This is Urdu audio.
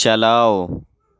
چلاؤ